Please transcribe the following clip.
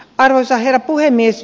arvoisa herra puhemies